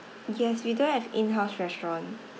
yes we don't have in-house restaurant